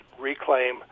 reclaim